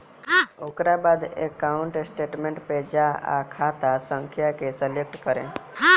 ओकरा बाद account statement पे जा आ खाता संख्या के सलेक्ट करे